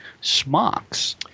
smocks